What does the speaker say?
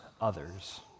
others